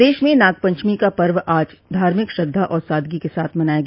प्रदेश में नागपचमी का पर्व आज धार्मिक श्रद्धा और सादगी के साथ मनाया गया